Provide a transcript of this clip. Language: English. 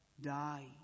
die